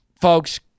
folks